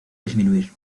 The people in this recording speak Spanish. disminuir